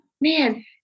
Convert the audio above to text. man